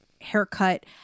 haircut